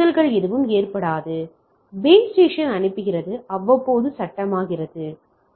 மோதல் எதுவும் ஏற்படாது பேஸ் ஸ்டேஷன் அனுப்புகிறது அவ்வப்போது சட்டமாகிறது